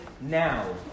now